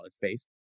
face